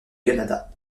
canada